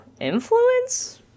influence